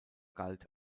galt